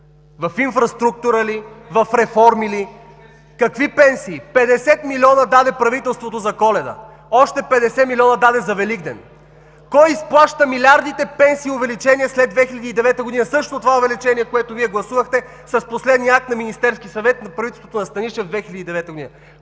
В инфраструктура ли, в реформи ли? Какви пенсии?! Петдесет милиона даде правителството за Коледа, още 50 милиона даде за Великден. Кой изплаща милиардите за увеличение на пенсиите след 2009 г.? Същото това увеличение, което Вие гласувахте с последния акт на Министерския съвет на правителството на Станишев 2009 г.